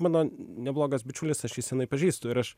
mano neblogas bičiulis aš jį senai pažįstu ir aš